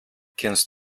kennst